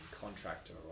contractor